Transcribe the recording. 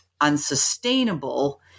unsustainable